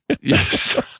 Yes